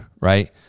right